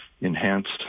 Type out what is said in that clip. enhanced